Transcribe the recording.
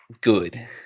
good